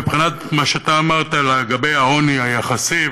מבחינת מה שאתה אמרת לגבי העוני היחסי,